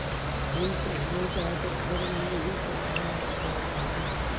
हम पहले डाकघर में ही पैसा रखवाव हली